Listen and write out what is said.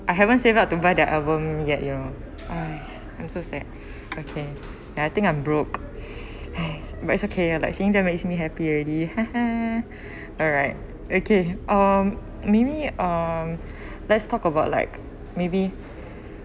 I haven't save up to buy their album yet you know !hais! I'm so sad okay and I think I'm broke !hais! but it's okay like seeing them makes me happy already ha ha alright okay um maybe um let's talk about like maybe